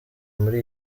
muri